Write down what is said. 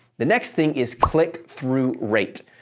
the next thing is click-through rate.